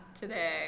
today